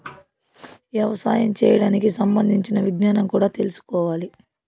యవసాయం చేయడానికి సంబంధించిన విజ్ఞానం కూడా తెల్సుకోవాలి